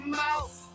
mouth